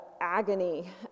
agony